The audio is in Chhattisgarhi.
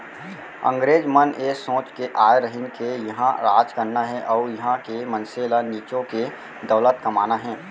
अंगरेज मन ए सोच के आय रहिन के इहॉं राज करना हे अउ इहॉं के मनसे ल निचो के दौलत कमाना हे